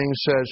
says